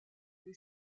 des